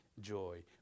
joy